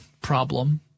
problem